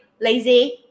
lazy